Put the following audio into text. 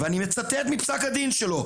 ואני מצטט מפסק הדין שלו,